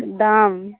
दाम